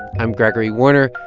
i'm gregory warner,